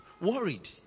worried